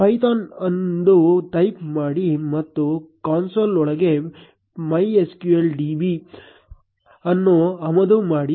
Python ಎಂದು type ಮಾಡಿ ಮತ್ತು ಕನ್ಸೋಲ್ ಒಳಗೆ MySQL db ಅನ್ನು ಆಮದು ಮಾಡಿ